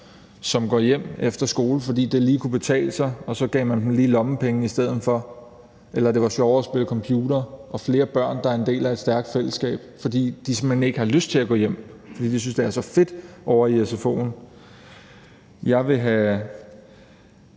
som går hjem efter skole, fordi det lige kunne betale sig, og så gav man dem lige lommepenge i stedet for, eller fordi det var sjovere at spille computer; og jeg vil have flere børn, der er en del af et stærkt fællesskab, fordi de simpelt hen ikke har lyst til at gå hjem, fordi de synes, det er så fedt ovre i sfo'en. Jeg vil have,